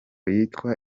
yitwa